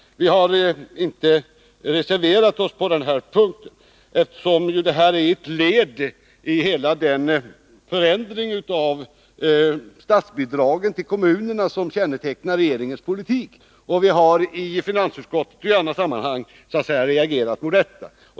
Vi har på denna punkt inte reserverat oss, eftersom detta är ett led i hela den förändring av statsbidragen till kommunerna som kännetecknar regeringens politik. Vi har i finansutskottet och i andra sammanhang reagerat mot detta.